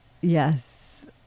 Yes